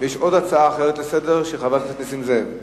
יש עוד הצעה אחרת, של חבר הכנסת נסים זאב.